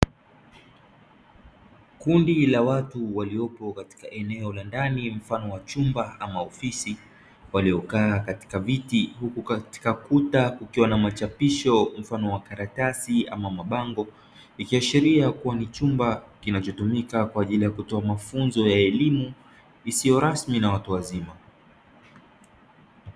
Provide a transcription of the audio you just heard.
Kundi la watu waliyopo katika eneo la ndani mfano wa chumba ama ofisi waliyokaa katika viti, huku katika kuta kukiwa na machapisho mfano wa karatasi ama mabango ikiashiria kuwa ni chumba kinachotumika kwa ajili ya kutoa mafunzo ya elimu isiyo rasmi na watu wazima.